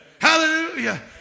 Hallelujah